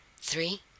Three